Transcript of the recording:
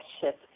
shift